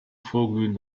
vorglühen